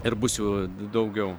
ir bus jų daugiau